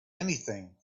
anything